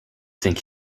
think